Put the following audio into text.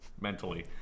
Mentally